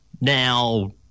Now